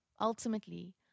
Ultimately